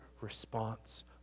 response